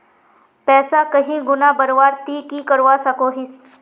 पैसा कहीं गुणा बढ़वार ती की करवा सकोहिस?